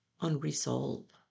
unresolved